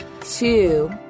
Two